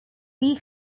bee